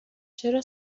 چرا